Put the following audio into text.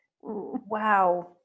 Wow